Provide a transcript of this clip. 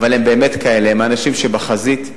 הם באמת כאלה, אנשים שבחזית.